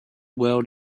world